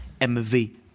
MV